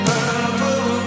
Purple